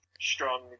Strong